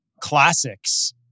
classics